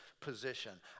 position